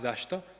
Zašto?